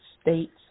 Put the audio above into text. States